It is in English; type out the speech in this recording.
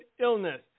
illness